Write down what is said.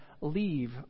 leave